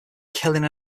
killing